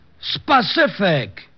Specific